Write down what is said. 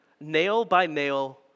nail-by-nail